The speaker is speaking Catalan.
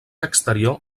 exterior